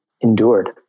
endured